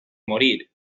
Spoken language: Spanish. morir